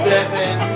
Seven